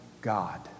God